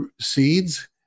seeds